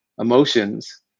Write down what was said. emotions